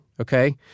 okay